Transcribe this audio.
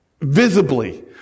visibly